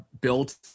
built